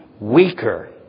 weaker